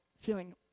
feeling